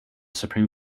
supreme